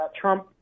Trump